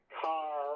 car